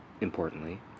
importantly